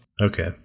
okay